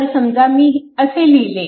तर समजा मी असे लिहिले